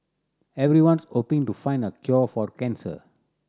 everyone's hoping to find the cure for cancer